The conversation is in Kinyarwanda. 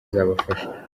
izabafasha